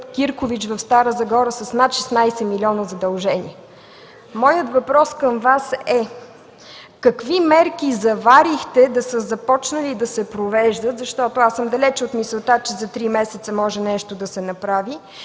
„Киркович” в Стара Загора с над 16 млн. задължения. Моят въпрос към Вас е: какви мерки заварихте да са започнали да се провеждат, защото аз съм далеч от мисълта, че за три месеца може нещо да се направи,